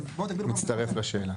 מצטרף לשאלה.